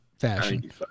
fashion